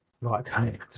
Right